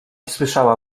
słyszała